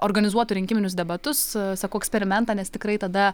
organizuotų rinkiminius debatus sakau eksperimentą nes tikrai tada